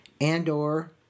and/or